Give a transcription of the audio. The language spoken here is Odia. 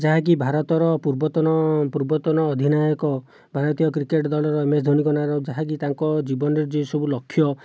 ଯାହାକି ଭାରତର ପୂର୍ବତନ ପୂର୍ବତନ ଅଧିନାୟକ ଭାରତୀୟ କ୍ରିକେଟ୍ ଦଳର ଏମଏସ୍ ଧୋନୀଙ୍କ ନାଁରେ ଯାହାକି ତାଙ୍କ ଜୀବନରେ ଯେ ସବୁ ଲକ୍ଷ୍ୟ